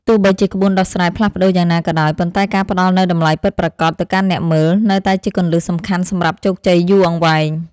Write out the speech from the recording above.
ទោះបីជាក្បួនដោះស្រាយផ្លាស់ប្តូរយ៉ាងណាក៏ដោយ ប៉ុន្តែការផ្ដល់នូវតម្លៃពិតប្រាកដទៅកាន់អ្នកមើល នៅតែជាគន្លឹះសំខាន់សម្រាប់ជោគជ័យយូរអង្វែង។